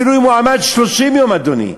אפילו אם הוא עמד 30 יום, אדוני,